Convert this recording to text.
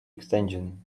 extension